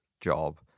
job